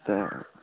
तऽ